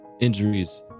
injuries